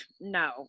no